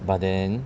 but then